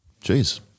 Jeez